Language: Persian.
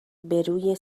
بروی